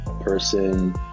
person